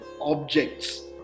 objects